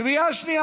בקריאה שנייה,